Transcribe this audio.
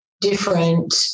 different